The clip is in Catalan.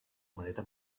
manera